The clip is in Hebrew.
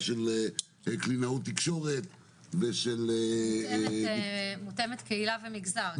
של קלינאות תקשורת --- מותאמת קהילה ומגזר.